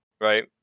right